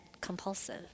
compulsive